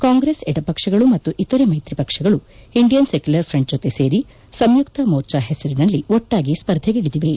ಕಾಂಗ್ರೆಸ್ ಎಡಪಕ್ಷಗಳು ಮತ್ತು ಇತರೆ ಮೈತ್ರಿ ಪಕ್ಷಗಳು ಇಂಡಿಯನ್ ಸೆಕ್ಕುಲರ್ ಪ್ರಂಟ್ ಜೊತೆ ಸೇರಿ ಸಂಯುಕ್ತ ಮೋರ್ಚಾ ಹೆಸರಿನಲ್ಲಿ ಒಟ್ಟಾಗಿ ಸ್ವರ್ಧೆಗಿಳಿದಿವೆ